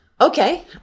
Okay